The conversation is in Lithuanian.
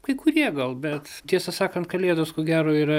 kai kurie gal bet tiesą sakant kalėdos ko gero yra